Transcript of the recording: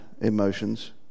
emotions